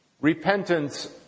Repentance